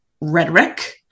rhetoric